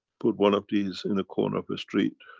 put one of these in the corner of a street